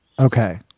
Okay